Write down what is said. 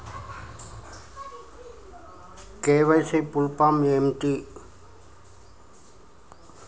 KYC full form ఏంటి?